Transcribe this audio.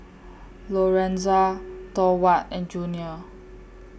Lorenza Thorwald and Junior